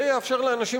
זה יאפשר לאנשים,